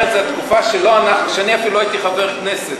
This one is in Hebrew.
זו תקופה שאני אפילו לא הייתי חבר כנסת.